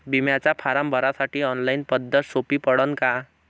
बिम्याचा फारम भरासाठी ऑनलाईन पद्धत सोपी पडन का?